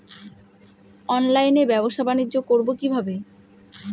অনলাইনে ব্যবসা বানিজ্য করব কিভাবে?